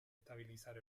estabilizar